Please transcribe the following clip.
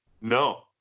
No